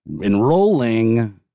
enrolling